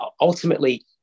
ultimately